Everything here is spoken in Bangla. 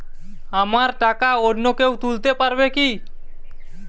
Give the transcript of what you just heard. আমার টাকা অন্য কেউ তুলতে পারবে কি?